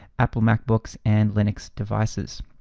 apple macbooks, and linux devices.